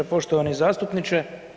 Poštovani zastupniče.